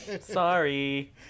Sorry